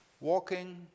Walking